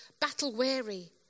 battle-weary